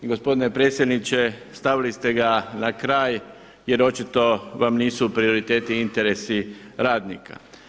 I gospodine predsjedniče, stavili ste ga na kraj jer očito vam nisu prioriteti interesi radnika.